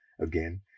again